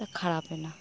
ᱠᱷᱟᱨᱟᱯ ᱮᱱᱟ